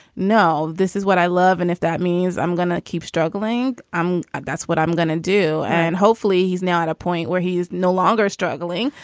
no, this is what i love. and if that means i'm going to keep struggling, i'm ah that's what i'm going to do. and hopefully he's now at a point where he is no longer struggling.